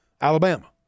Alabama